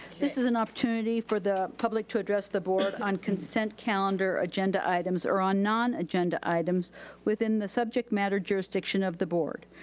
this is an opportunity for the public to address the board on concent calendar agenda items, or on non-agenda items within the subject matter jurisdiction of the board.